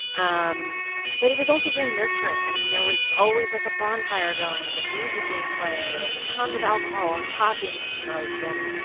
um but it was also very nurturing. i mean, there was always, like, a bonfire going with music being played and tons of alcohol and pot being smoked. and,